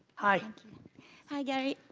hi. hi gary.